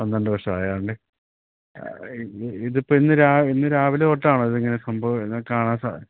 പന്ത്രണ്ട് വർഷമായതാണല്ലേ ഇത് ഇതിപ്പോള് ഇന്ന് ഇന്നു രാവിലെ തൊട്ടാണോ ഇതിങ്ങനെ സംഭവം ഇതു കാണാൻ